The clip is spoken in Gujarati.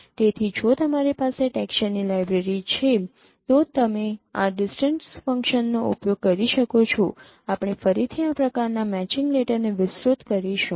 તેથી જો તમારી પાસે ટેક્સચરની લાઇબ્રેરી છે તો તમે આ ડિસ્ટન્સ ફંક્શનનો ઉપયોગ કરી શકો છો આપણે ફરીથી આ પ્રકારના મેચિંગ લેટરને વિસ્તૃત કરીશું